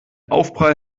aufprall